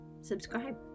subscribe